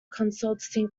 consultancy